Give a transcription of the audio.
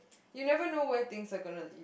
you never know things are going